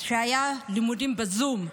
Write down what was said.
כשהיו לימודים בזום.